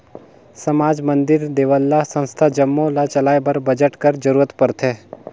समाज, मंदिर, देवल्ला, संस्था जम्मो ल चलाए बर बजट कर जरूरत परथे